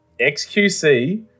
XQC